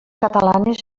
catalanes